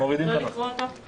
לא לקרוא אותו.